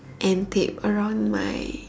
and tap around my